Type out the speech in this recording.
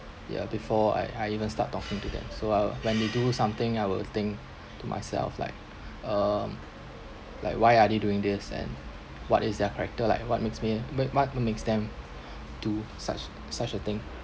yeah before I I even start talking to them so uh when they do something I will think to myself like um like why are they doing this and what is their character like what makes me make ma~ what makes them do such such a thing